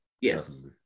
yes